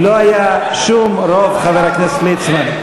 לא היה שום רוב, חבר הכנסת מצנע.